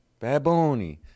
Baboni